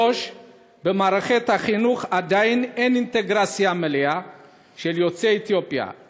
3. במערכת החינוך עדיין אין אינטגרציה מלאה של יוצאי אתיופיה,